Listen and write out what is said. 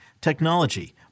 technology